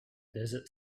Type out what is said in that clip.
desert